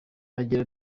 agira